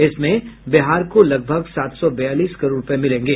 इसमें बिहार को लगभग सात सौ बयालीस करोड़ रूपये मिलेंगे